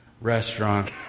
restaurant